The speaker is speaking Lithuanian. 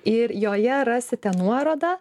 ir joje rasite nuorodą